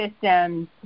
systems